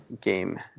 game